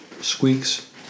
Squeak's